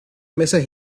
mesas